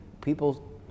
People